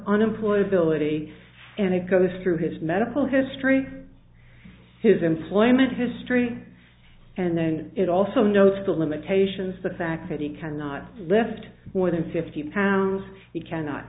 unemployability and it goes through his medical history his employment history and it also knows the limitations the fact that he cannot lift more than fifty pounds he cannot